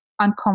uncomfortable